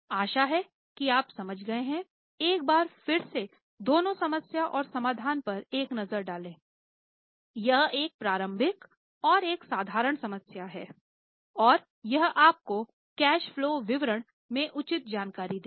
आशा है कि आप समझ गए है एक बार फिर से दोनों समस्या और समाधान पर एक नजर डाले यह एक प्रारंभिक और एक साधारण समस्या है और यह आपको कैश फलो विवरण में उचित जानकारी देगा